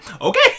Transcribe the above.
okay